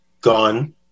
gone